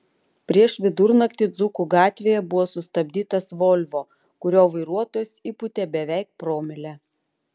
prieš vidurnaktį dzūkų gatvėje buvo sustabdytas volvo kurio vairuotojas įpūtė beveik promilę